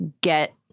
get